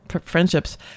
friendships